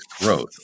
growth